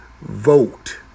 Vote